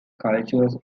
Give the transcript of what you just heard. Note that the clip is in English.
cultures